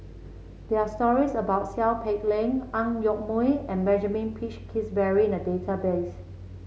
there are stories about Seow Peck Leng Ang Yoke Mooi and Benjamin Peach Keasberry in the database